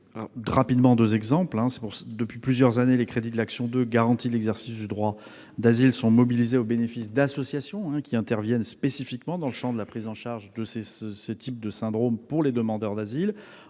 de santé publique. Depuis plusieurs années, les crédits de l'action n° 02 « Garantie de l'exercice du droit d'asile » du programme 303 sont mobilisés au bénéfice d'associations qui interviennent spécifiquement dans le champ de la prise en charge de ce type de syndromes pour les demandeurs d'asile.